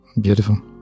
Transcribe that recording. Beautiful